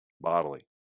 bodily